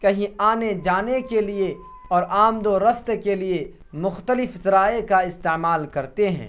کہیں آنے جانے کے لیے اور آمد و رفت کے لیے مختلف ذرائع کا استعمال کرتے ہیں